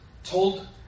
told